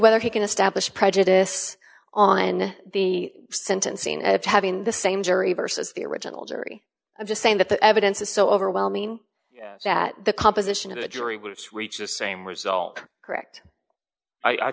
whether he can establish prejudice on the sentencing of having the same jury vs the original jury i'm just saying that the evidence is so overwhelming that the composition of the jury was reached the same result correct i